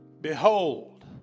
Behold